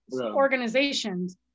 organizations